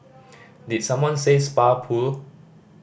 did someone say spa pool